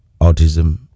autism